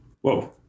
Whoa